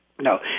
No